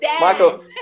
Michael